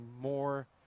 more